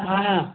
हा